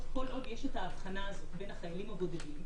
כל עוד יש את ההבחנה הזאת בין החיילים הבודדים,